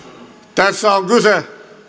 tässä on kyse